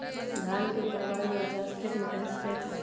धान के ऊपरवार या उचास खेत मे कैसे सिंचाई करें?